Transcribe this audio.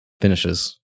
finishes